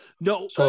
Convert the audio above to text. No